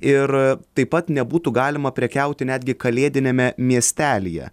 ir taip pat nebūtų galima prekiauti netgi kalėdiniame miestelyje